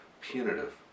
punitive